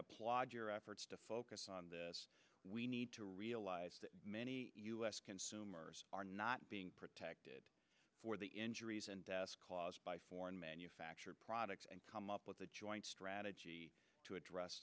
applaud your efforts to focus on this we need to realize that many u s consumers are not being protected for the injuries and deaths caused by foreign manufactured products and come up with a joint strategy to address